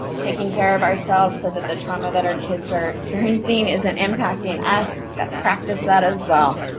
taking care of ourselves so that the trauma that our kids are experiencing isn't impacting us. gotta practice that as well.